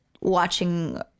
watching